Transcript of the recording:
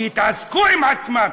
שיתעסקו עם עצמם,